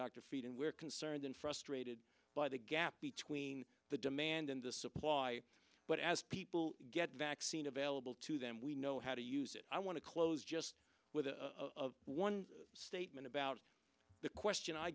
dr frieden we're concerned and frustrated by the gap between the demand and the supply but as people get vaccine available to them we know how to use it i want to close just with of one statement about the question i